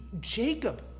Jacob